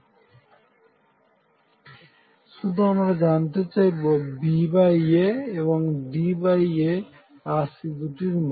আমরা শুধু জানতে চাইবো BA এবং DA রাশি দুটির মান